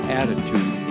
attitude